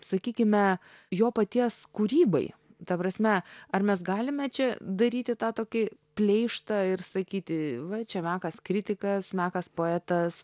sakykime jo paties kūrybai ta prasme ar mes galime čia daryti tą tokį pleištą ir sakyti va čia mekas kritikas mekas poetas